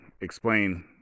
explain